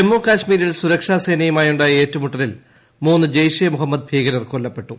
ജമ്മു കശ്മീരിൽ സുരക്ഷ്യാസ്ഹേനയുമായുണ്ടായ ഏറ്റുമുട്ടലിൽ ന് മൂന്ന് ജയ്ഷെ മുഹമ്മദ് ഭൂീകരർ കൊല്ലപ്പെട്ടു